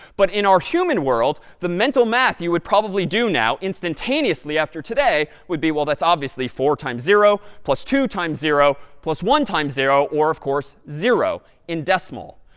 but in our human world, the mental math you would probably do now instantaneously after today would be, well, that's obviously four times zero plus two times zero plus one times zero, or, of course, zero in decimal.